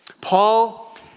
Paul